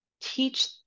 teach